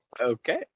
Okay